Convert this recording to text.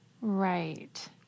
Right